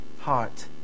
heart